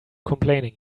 complaining